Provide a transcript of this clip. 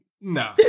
No